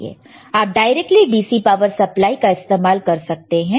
आप directly DC power supply का इस्तेमाल कर सकते हैं